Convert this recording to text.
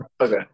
Okay